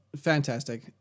Fantastic